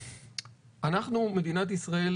אנחנו מדינת ישראל,